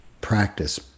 practice